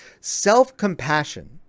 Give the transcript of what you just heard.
Self-compassion